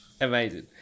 amazing